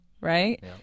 Right